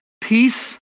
peace